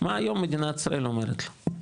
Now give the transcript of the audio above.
מה היום מדינת ישראל אומרת לו?